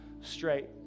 straight